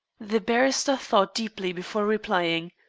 the barrister thought deeply before replying.